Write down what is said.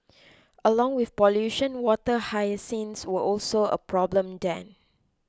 along with pollution water hyacinths were also a problem then